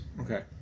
Okay